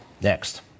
Next